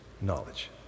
knowledge